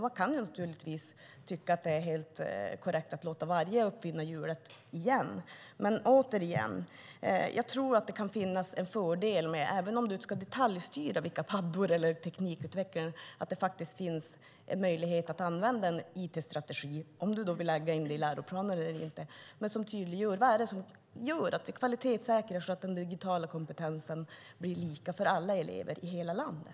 Man kan naturligtvis tycka att det är helt korrekt att låta alla uppfinna hjulet igen, men återigen: Även om du inte ska detaljstyra teknikutvecklingen eller vilka paddor det ska vara tror jag att det kan finnas en fördel med en möjlighet att använda en it-strategi, oavsett om man vill lägga in den i läroplanen eller inte, som tydliggör vad det är som gör att vi kvalitetssäkrar så att den digitala kompetensen blir samma för alla elever i hela landet.